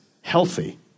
healthy